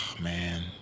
man